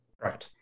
Right